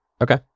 Okay